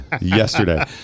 yesterday